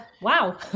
wow